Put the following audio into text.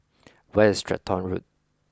where is Stratton Road